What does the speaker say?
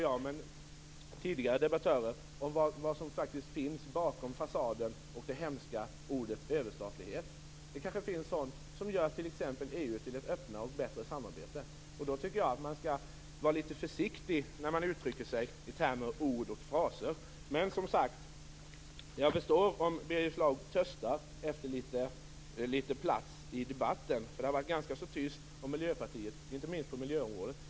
Vi har tidigare haft en lång diskussion om vad som finns bakom fasaden och det hemska ordet överstatlighet. Det kanske finns sådant som gör EU:s samarbete öppnare och bättre, och då tycker jag att man skall vara försiktig när man uttrycker sig i termer som ord och fraser. Men jag förstår, som sagt var, om Birger Schlaug törstar efter litet plats i debatten; det har varit ganska tyst från Miljöpartiet, inte minst på miljöområdet.